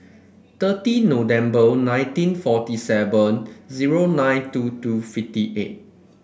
thirty November nineteen forty seven zero nine two two fifty eight